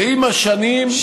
ועם השנים,